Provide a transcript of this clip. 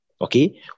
okay